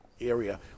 area